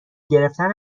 گرفتن